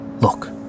Look